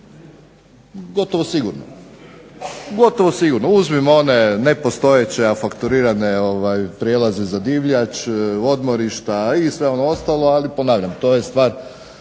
gotovo sigurno. Uzmimo one nepostojeće, a fakturirane prijelaze za divljač, odmorišta i sve ono ostalo. Ali ponavljam, to je stvar